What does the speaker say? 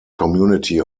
community